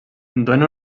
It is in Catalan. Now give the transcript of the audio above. dóna